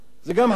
זה גם חשיבה.